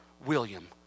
William